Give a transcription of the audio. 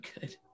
good